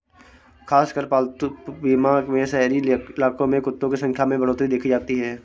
खासकर पालतू बीमा में शहरी इलाकों में कुत्तों की संख्या में बढ़ोत्तरी देखी जाती है